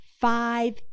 five